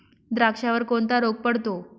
द्राक्षावर कोणता रोग पडतो?